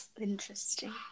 Interesting